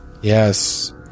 yes